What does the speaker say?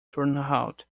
turnhout